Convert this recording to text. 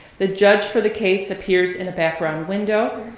the judge for the case appears in a background window,